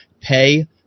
pay